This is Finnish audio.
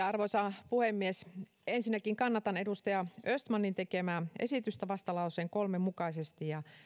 arvoisa puhemies ensinnäkin kannatan edustaja östmanin tekemää esitystä vastalauseen kolme mukaisesti ja